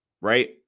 right